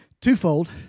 twofold